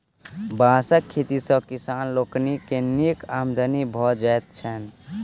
बाँसक खेती सॅ किसान लोकनि के नीक आमदनी भ जाइत छैन